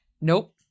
Nope